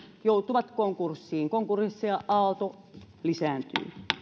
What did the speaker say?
joutuvat konkurssiin konkurssiaalto lisääntyy